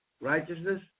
righteousness